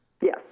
Yes